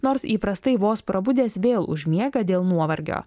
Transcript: nors įprastai vos prabudęs vėl užmiega dėl nuovargio